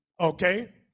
Okay